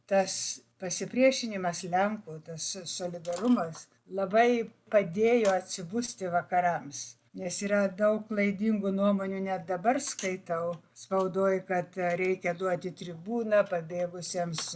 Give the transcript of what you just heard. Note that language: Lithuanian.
tas pasipriešinimas lenkų tas solidarumas labai padėjo atsibusti vakarams nes yra daug klaidingų nuomonių net dabar skaitau spaudoj kad reikia duoti tribūną pabėgusiems